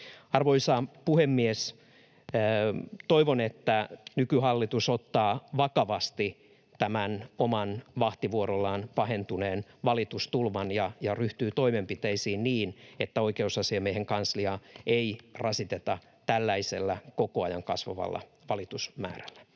Arvoisa puhemies! Toivon, että nykyhallitus ottaa vakavasti tämän omalla vahtivuorollaan pahentuneen valitustulvan ja ryhtyy toimenpiteisiin niin, että Oikeusasiamiehen kansliaa ei rasiteta tällaisella koko ajan kasvavalla valitusmäärällä.